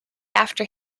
after